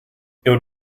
would